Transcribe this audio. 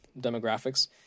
demographics